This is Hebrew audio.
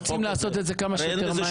אנחנו רוצים לעשות את זה כמה שיותר מהר.